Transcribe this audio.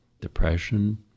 depression